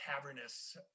Cavernous